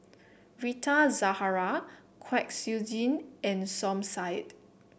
Rita Zahara Kwek Siew Jin and Som Said